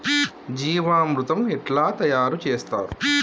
జీవామృతం ఎట్లా తయారు చేత్తరు?